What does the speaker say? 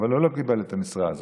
אבל הוא לא קיבל את המשרה הזאת.